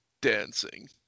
dancing